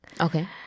okay